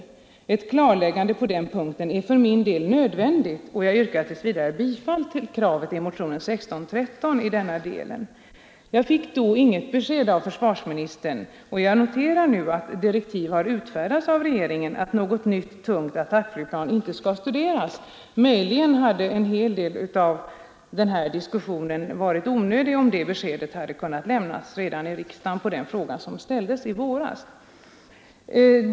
Ett klarläggande på den punkten var för min del nödvändigt, och jag yrkade i avvaktan på svar därom bifall till kravet i motionen 1613 i denna del Jag fick då inte något besked av försvarsministern, och jag noterar nu att direktiv har utfärdats av regeringen att något nytt tungt attackflygplan inte skall studeras. Möjligen hade en hel del av denna diskussion varit onödig, om detta besked hade kunnat lämnas i riksdagen på den fråga som ställdes redan i våras.